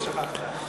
אם שכחת.